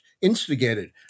instigated